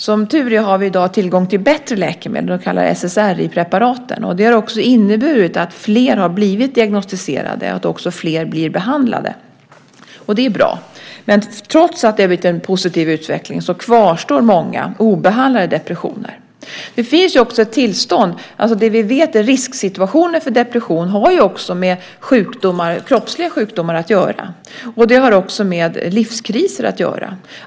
Som tur är har vi i dag tillgång till bättre läkemedel, de så kallade SSRI-preparaten. Det har inneburit att fler har blivit diagnostiserade och att också fler blir behandlade. Det är bra. Men trots att det har blivit en positiv utveckling så kvarstår många obehandlade depressioner. Risksituationer för depression har också med kroppsliga sjukdomar att göra. Det har även med livskriser att göra.